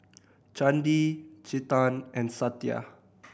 Chandi Chetan and Satya